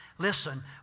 listen